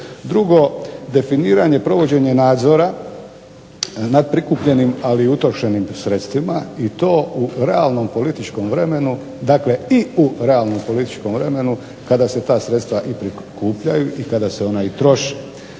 Drugo, definiranje i provođenje nadzora nad prikupljenim, ali i utrošenim sredstvima i to u realnom političkom vremenu, dakle i u realnom političkom vremenu kada se ta sredstva i prikupljaju i kada se ona i troše.